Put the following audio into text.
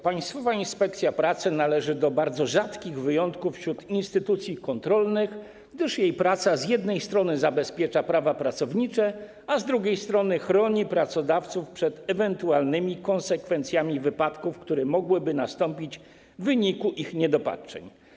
Państwowa Inspekcja Pracy należy do bardzo rzadkich wyjątków wśród instytucji kontrolnych, gdyż jej praca z jednej strony zabezpiecza prawa pracownicze, a z drugiej strony chroni pracodawców przed ewentualnymi konsekwencjami wypadków, które mogłyby nastąpić w wyniku ich niedopatrzeń.